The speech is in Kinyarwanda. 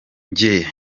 njye